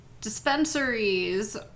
dispensaries